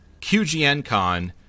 QGNCon